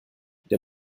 der